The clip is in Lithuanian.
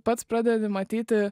pats pradedi matyti